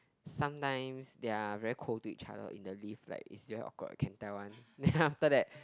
sometimes they are very cold to each other in the lift like it's very awkward can tell one then after that